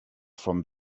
from